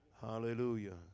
Hallelujah